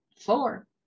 four